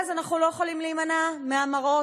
אז אנחנו לא יכולים להימנע מהמראות.